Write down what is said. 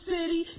City